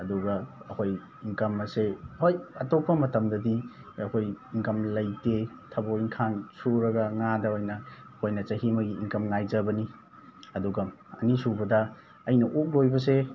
ꯑꯗꯨꯒ ꯑꯩꯈꯣꯏ ꯏꯟꯀꯝ ꯑꯁꯦ ꯍꯣꯏ ꯑꯇꯣꯞꯄ ꯃꯇꯝꯗꯗꯤ ꯑꯩꯈꯣꯏ ꯏꯟꯀꯝ ꯂꯩꯇꯦ ꯊꯕꯛ ꯏꯪꯈꯥꯡ ꯁꯨꯔꯒ ꯉꯥꯗ ꯑꯣꯏꯅ ꯑꯩꯈꯣꯏꯅ ꯆꯍꯤ ꯑꯃꯒ ꯏꯟꯀꯝ ꯉꯥꯏꯖꯕꯅꯤ ꯑꯗꯨꯒ ꯑꯅꯤꯁꯨꯕꯗ ꯑꯩꯅ ꯑꯣꯛ ꯂꯣꯏꯕꯁꯦ